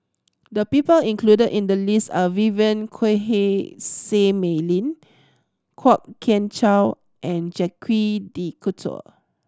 the people included in the list are Vivien Quahe Seah Mei Lin Kwok Kian Chow and Jacques De Coutre